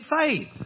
faith